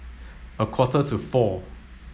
a quarter to four